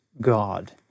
God